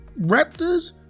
Raptors